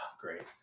great